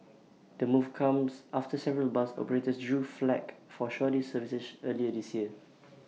the move comes after several bus operators drew flak for shoddy services earlier this year